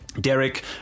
Derek